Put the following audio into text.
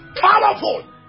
powerful